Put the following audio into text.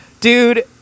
Dude